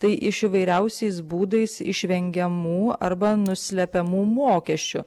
tai iš įvairiausiais būdais išvengiamų arba nuslepiamų mokesčių